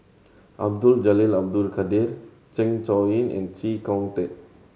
Abdul Jalil Abdul Kadir Zeng Shouyin and Chee Kong Tet